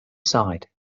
sighed